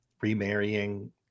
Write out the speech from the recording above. remarrying